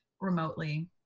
remotely